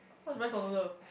why is it rice or noodle